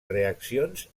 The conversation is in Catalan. reaccions